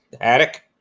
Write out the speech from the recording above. Attic